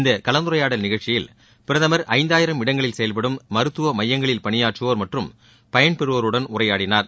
இந்த கலந்துரையாடல் நிகழ்ச்சியில் பிரதமர் ஐந்தாயிரம் இடங்களில் செயல்படும் மருத்துவ மையங்களில் பணியாற்றுவோர் மற்றும் பயன்பெறுவோருடன் உரையாடினார்